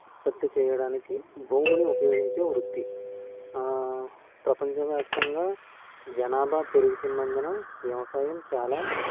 ఉత్పత్తి చేయడానికి భూమిని ఉపయోగించే వృత్తి ప్రపంచవ్యాప్తంగా జనాభా పెరుగుతున్నందున వ్యవసాయం చాలా